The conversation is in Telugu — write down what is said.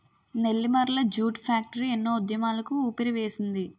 నెల్లిమర్ల జూట్ ఫ్యాక్టరీ ఎన్నో ఉద్యమాలకు ఊపిరివేసింది